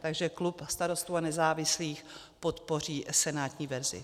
Takže klub Starostů a nezávislých podpoří senátní verzi.